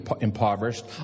impoverished